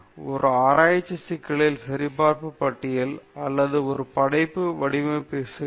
ஒரு ஆராய்ச்சி சிக்கல் சரிபார்ப்பு பட்டியல் அல்லது ஒரு படைப்பு வடிவமைப்பு சிக்கல்